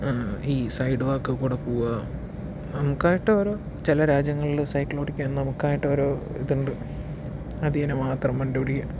ഈ സൈഡ് വക്കിൽ കൂടെ പോകുക നമുക്കായിട്ടോരോ ചില രാജ്യങ്ങളില് സൈക്കിൾ ഓടിക്കാൻ നമുക്കായിട്ടോരോ ഇതുണ്ട് അതിലേ തന്നെ മാത്രം വണ്ടി ഓടിക്കുക